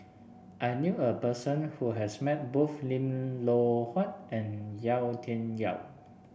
I knew a person who has met both Lim Loh Huat and Yau Tian Yau